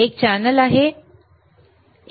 एक चॅनेल एक आहे एक चॅनेल 2